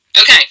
Okay